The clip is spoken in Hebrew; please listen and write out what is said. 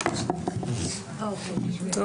טוב.